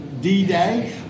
D-Day